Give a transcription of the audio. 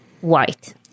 white